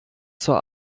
zur